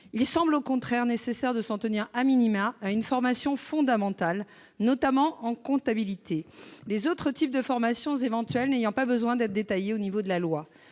Il semble au contraire nécessaire de s'en tenir,, à une formation fondamentale, notamment en comptabilité, les autres types de formation éventuels n'ayant pas besoin d'être détaillés au niveau de la loi.